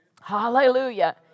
Hallelujah